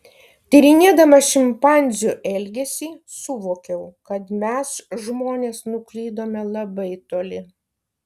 tyrinėdama šimpanzių elgesį suvokiau kad mes žmonės nuklydome labai toli